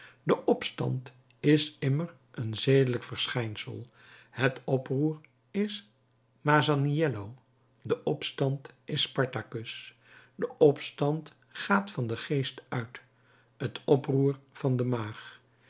de opstand is immer een zedelijk verschijnsel het oproer is mazaniëllo de opstand is spartacus de opstand gaat van den geest uit het oproer van de maag